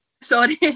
Sorry